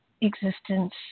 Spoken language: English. existence